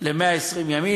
ל-120 ימים.